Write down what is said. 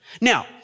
Now